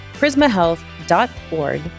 prismahealth.org